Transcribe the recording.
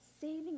saving